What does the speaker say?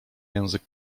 język